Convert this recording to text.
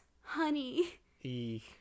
honey